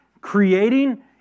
creating